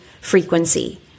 frequency